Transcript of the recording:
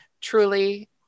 truly